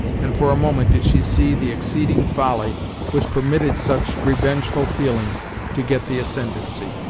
and for a moment did she see the exceeding folly which permitted such revengeful feelings to get the ascendancy.